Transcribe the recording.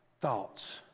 thoughts